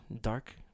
dark